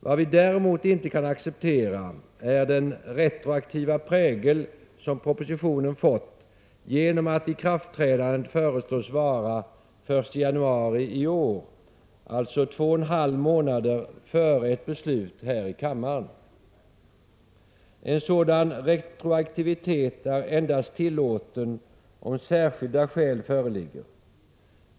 Vad vi däremot inte kan acceptera är den retroaktiva prägel som propositionen fått genom att ikraftträdandet föreslås vara den 1 januari i år — alltså två och en halv månader före ett beslut här i kammaren. En sådan retroaktivitet är endast tillåten om särskilda skäl föreligger.